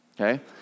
okay